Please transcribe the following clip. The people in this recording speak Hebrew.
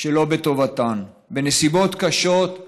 שלא בטובתן, בנסיבות קשות,